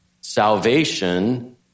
salvation